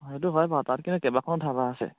অঁ সেইটো হয় বাৰু তাত কিন্তু কেবাখনো ধাবা আছে